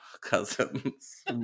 cousins